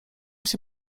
się